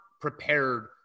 prepared